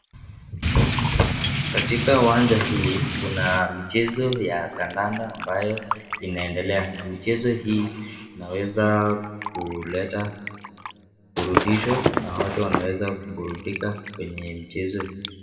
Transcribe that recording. Katika uwanja hii, kuna michezo ya kandanda ambayo inaendelea. Na michezo hii inaweza kuleta burudisho, na watu wanaweza kuburudika kwenye michezo hii.